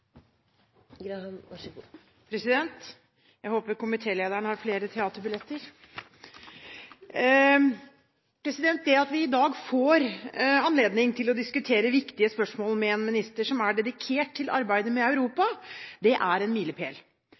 Jeg håper at komitélederen har flere teaterbilletter. Det at vi i dag får anledning til å diskutere viktige spørsmål med en minister som er dedikert til arbeidet med Europa, er en milepæl.